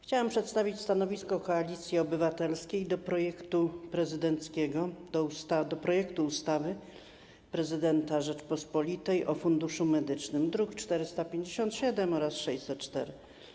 Chciałam przedstawić stanowisko Koalicji Obywatelskiej odnośnie do projektu prezydenckiego, do projektu ustawy prezydenta Rzeczypospolitej o Funduszu Medycznym, druki nr 457 oraz 604.